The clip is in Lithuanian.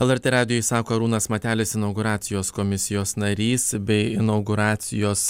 lrt radijui sako arūnas matelis inauguracijos komisijos narys bei inauguracijos